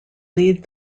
lead